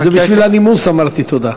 זה בשביל הנימוס אמרתי "תודה".